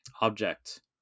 Object